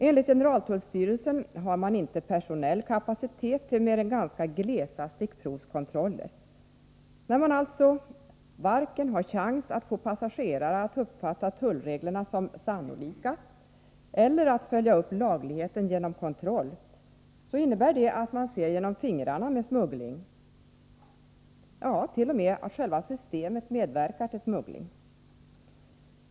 Enligt generaltullstyrelsen har man inte personell kapacitet till mer än ganska glesa stickprovskontroller. När man alltså varken har chans att få passagerarna att uppfatta tullreglerna som sannolika eller har möjlighet att kontrollera lagligheten, innebär det att man ser genom fingrarna på smuggling. Ja, t.o.m. själva systemet medverkar till smuggling.